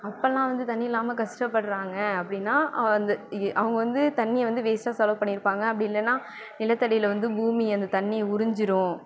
அப்போலாம் வந்து தண்ணி இல்லாமல் கஷ்டப்படுறாங்க அப்படினா வந்து அவங்க வந்து தண்ணியை வந்து வேஸ்ட்டாக செலவு பண்ணியிருப்பாங்க அப்படி இல்லைனா நிலத்தடியில் வந்து பூமி அந்த தண்ணியை உறிஞ்சிரும்